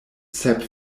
sep